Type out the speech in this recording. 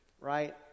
right